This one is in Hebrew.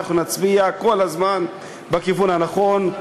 ואנחנו נצביע כל הזמן בכיוון הנכון.